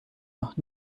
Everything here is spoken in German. noch